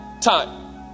Time